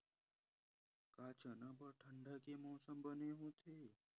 का चना बर ठंडा के मौसम बने होथे?